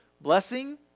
blessing